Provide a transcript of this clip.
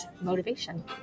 motivation